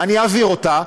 אני אעביר אותה,